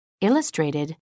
Illustrated